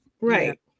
right